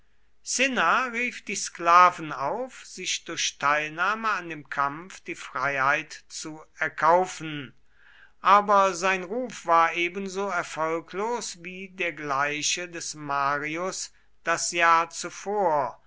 die sklaven auf sich durch teilnahme an dem kampf die freiheit zu erkaufen aber sein ruf war ebenso erfolglos wie der gleiche des marius das jahr zuvor